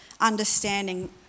understanding